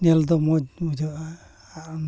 ᱧᱮᱞ ᱫᱚ ᱢᱚᱡᱽ ᱵᱩᱡᱷᱟᱹᱜᱼᱟ ᱟᱨ